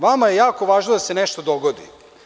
Vama je jako važno da se nešto dogodi.